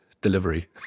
delivery